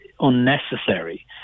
unnecessary